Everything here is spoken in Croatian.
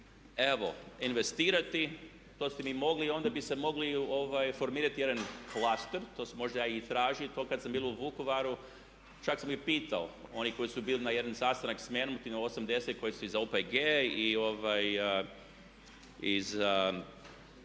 evo investirati. Onda bi se mogli formirati jedan klaster, to se možda i traži, to kad sam bio u Vukovaru čak sam i pitao, oni koji su bili na jednom sastanku sa mnom iz OPG-a i